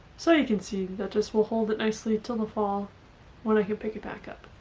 so you can see that this will hold it nicely till the fall when i can pick it back up